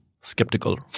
skeptical